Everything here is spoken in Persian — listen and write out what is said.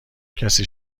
کسی